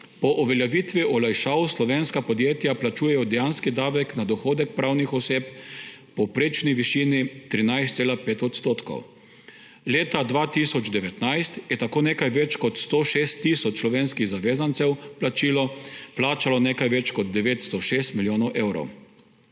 po uveljavitvi olajšav slovenska podjetja plačujejo dejanski davek na dohodek pravnih oseb v povprečni višini 13,5 %. Leta 2019 je tako nekaj več kot 106 tisoč slovenskih zavezancev za plačilo plačalo nekaj več kot 906 milijonov evrov.